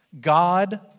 God